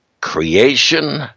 creation